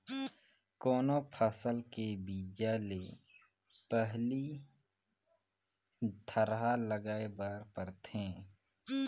कोनो फसल के बीजा ले पहिली थरहा लगाए बर परथे